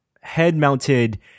head-mounted